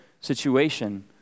situation